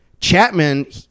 Chapman